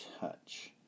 touch